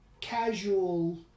casual